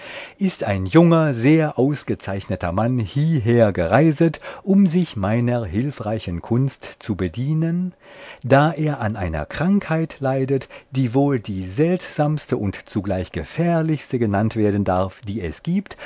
ist ein junger sehr ausgezeichneter mann hieher gereiset um sich meiner hilfreichen kunst zu bedienen da er an einer krankheit leidet die wohl die seltsamste und zugleich gefährlichste genannt werden darf die es gibt